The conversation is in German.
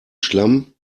schlamm